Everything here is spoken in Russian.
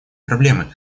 проблемы